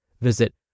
Visit